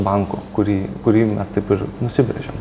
banku kurį kurį mes taip ir nusibrėžėm